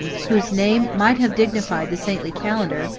whose name might have dignified the saintly calendar,